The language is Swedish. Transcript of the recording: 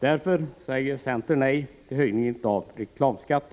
Därför säger centern nej till höjningen av reklamskatten.